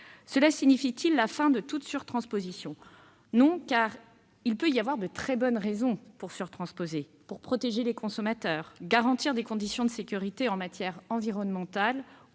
Cela signifie-t-il la fin de toute surtransposition ? Non, car il peut y avoir de très bonnes raisons de surtransposer : pour protéger les consommateurs ou garantir des conditions de sécurité en matière environnementale